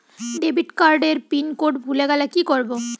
Debit card এর pin code ভুলে গেলে কি করব?